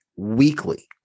weekly